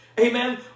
Amen